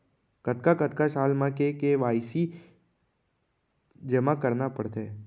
कतका कतका साल म के के.वाई.सी जेमा करना पड़थे?